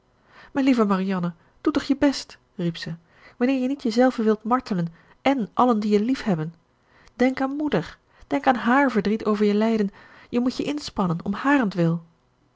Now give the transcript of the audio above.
mijn lieve marianne doe toch je best riep zij wanneer je niet jezelve wilt martelen èn allen die je liefhebben denk aan moeder denk aan hààr verdriet over je lijden je moet je inspannen om harentwil